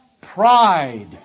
pride